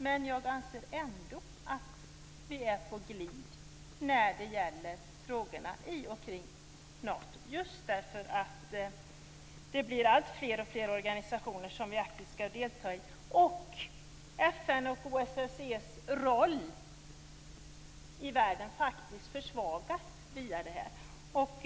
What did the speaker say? Men jag anser ändå att vi är på glid när det gäller frågorna i och kring Nato, just därför att det blir alltfler organisationer som vi aktivt skall delta i, och FN:s och OSSE:s roller i världen försvagas faktiskt på grund av detta.